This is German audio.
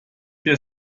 der